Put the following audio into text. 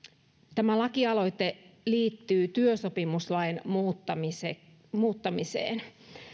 tämä lakialoite liittyy työsopimuslain muuttamiseen muuttamiseen